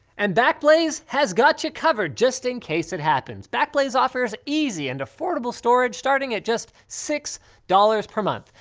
and backblaze has got you covered just in case it happens. backblaze offers easy and affordable storage starting at just six dollars per month.